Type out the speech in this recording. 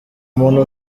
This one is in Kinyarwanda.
muntu